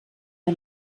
der